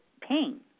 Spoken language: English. pain